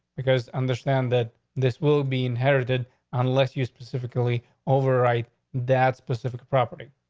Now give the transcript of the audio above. because understand that this will be inherited unless you specifically overwrite that specific property.